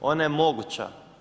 Ona je moguća.